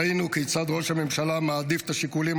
ראינו כיצד ראש הממשלה מעדיף את השיקולים